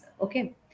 okay